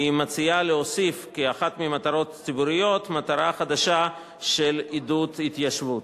היא מציעה להוסיף כאחת מהמטרות הציבוריות מטרה חדשה של עידוד התיישבות.